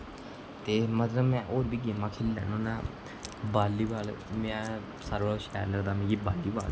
ते मतलब में ओह् ओह् बी गेमां खेढी लैन्ना होन्ना ते वालीबाल सारे कोला शैल मिगी लगदी वॉलीबाल